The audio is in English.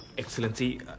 excellency